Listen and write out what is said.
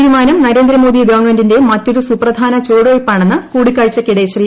തീരുമാനം നരേന്ദ്രമോദി ഗവൺമെന്റിന്റെ മറ്റൊരു സൂപ്രധാന ചുവടുവയ്പ്പാണെന്ന് കൂടിക്കാഴ്ചയ്ക്കിടെ ശ്രീ